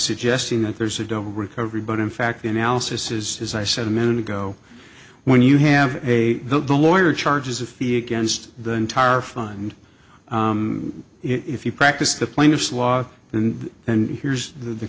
suggesting that there's a double recovery but in fact the analysis is as i said a minute ago when you have a the lawyer charges a fee against the entire fund if you practice the plaintiff's lawyer and and here's the